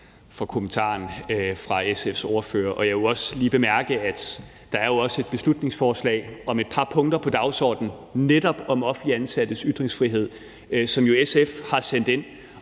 for kommentaren fra SF's ordfører, og jeg vil også lige bemærke, at der om et par punkter på dagsordenen jo også er et beslutningsforslag netop om offentligt ansattes ytringsfrihed, som SF har sendt ind.